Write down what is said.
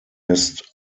missed